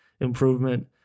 improvement